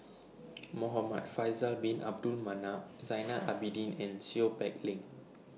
Muhamad Faisal Bin Abdul Manap Zainal Abidin and Seow Peck Leng